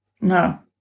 No